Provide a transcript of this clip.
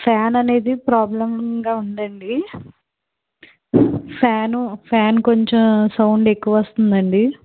fan అనేది ప్రాబ్లమ్గా ఉందండి ఫ్యాను ఫ్యాన్ కొంచం సౌండ్ ఎక్కువొస్తుందండి